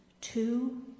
Two